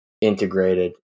integrated